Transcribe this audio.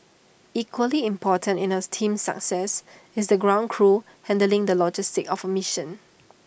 equally important in as team's success is the ground crew handling of the logistics of A mission